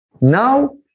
Now